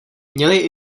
měli